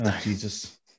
Jesus